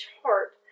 heart